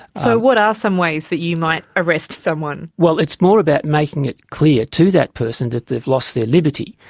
so what are some ways that you might arrest someone? well, it's more about making it clear to that person that they have lost their liberty.